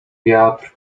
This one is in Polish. wiatr